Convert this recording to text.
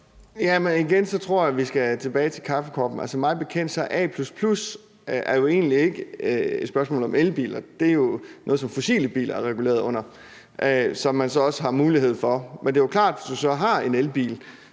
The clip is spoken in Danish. at jeg tror, vi skal tilbage til kaffekoppen. Altså, mig bekendt er A++ jo egentlig ikke et spørgsmål om elbiler, for det er jo noget, fossilbiler er reguleret under, som man så også har mulighed for. Men det er jo klart, at hvis du har en elbil,